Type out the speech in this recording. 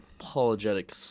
apologetic